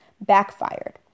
backfired